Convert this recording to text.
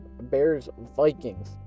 Bears-Vikings